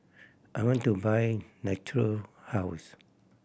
I want to buy Natura House